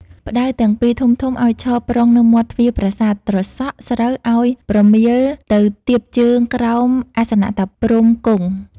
ផ្តៅទាំងពីរធំៗ ឱ្យឈរប្រុងនៅមាត់ទ្វារប្រាសាទ ត្រសក់ ស្រូវឱ្យប្រមៀលទៅទៀបជើងក្រោមអាសនៈតាព្រហ្មគង់។